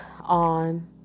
on